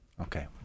Okay